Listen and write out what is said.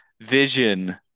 vision